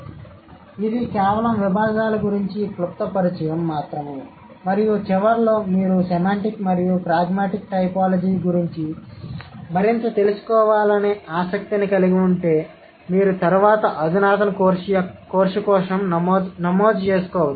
కాబట్టి ఇది కేవలం విభాగాల గురించి క్లుప్త పరిచయం మాత్రమే మరియు చివర్లో మీరు సెమాంటిక్ మరియు ప్రాగ్మాటిక్ టైపోలాజీ గురించి మరింత తెలుసుకోవాలనే ఆసక్తిని కలిగి ఉంటే మీరు తర్వాత అధునాతన కోర్సు కోసం నమోదు చేసుకోవచ్చు